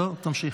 לא, תמשיך.